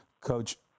Coach